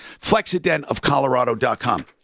FlexidentofColorado.com